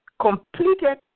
completed